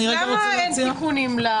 למה אין תיקונים?